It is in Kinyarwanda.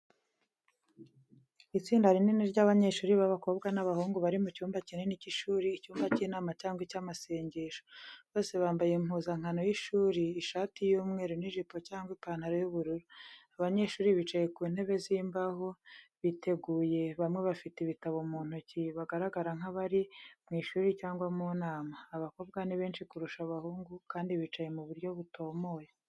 Itsinda rinini ry'abanyeshuri b’abakobwa n’abahungu bari mu cyumba kinini cy’ishuri, icyumba cy’inama cyangwa icy’amasengesho. Bose bambaye impuzankano y’ishuri ishati y’umweru n’ijipo cyangwa ipantaro y’ubururu. Abanyeshuri bicaye ku ntebe z’imbaho, biteguye, bamwe bafite ibitabo mu ntoki, bagaragara nk'abari mu ishuri cyangwa mu nama. Abakobwa ni benshi kurusha abahungu, kandi bicaye mu buryo butomoye .